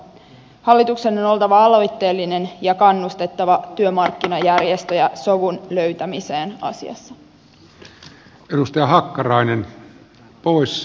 hallituksen on oltava aloitteellinen ja kannustettava työmarkkinajärjestöjä sovun löytämiseen asiassa